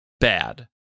bad